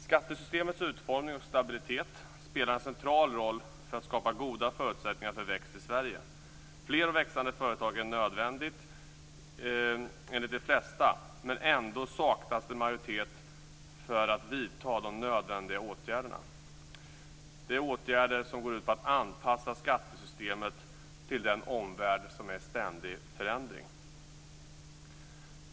Skattesystemets utformning och stabilitet spelar en central roll för att skapa goda förutsättningar för tillväxt i Sverige. Fler och växande företag är nödvändigt enligt de flesta. Ändå saknas det majoritet för att vidta de nödvändiga åtgärderna, åtgärder som går ut på att anpassa skattesystemet till en omvärld i ständig förändring.